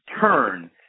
turn